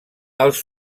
els